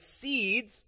seeds